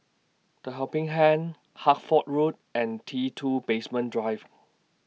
The Helping Hand Hertford Road and T two Basement Drive